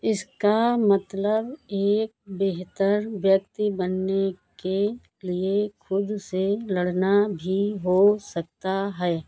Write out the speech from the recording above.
इसका मतलब एक बेहतर व्यक्ति बनने के लिए ख़ुद से लड़ना भी हो सकता है